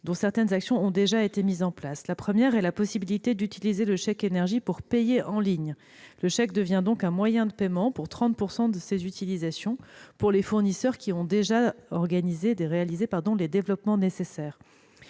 certaines actions ayant déjà été mises en place. D'abord, il s'agit de la possibilité d'utiliser le chèque énergie pour payer en ligne. Le chèque devient donc un moyen de paiement pour 30 % de ses utilisations, pour les fournisseurs qui ont déjà réalisé les développements nécessaires.